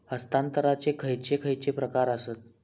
हस्तांतराचे खयचे खयचे प्रकार आसत?